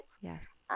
Yes